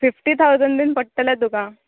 fifty thousand बीन पडटले तुका